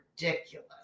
ridiculous